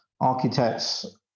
architects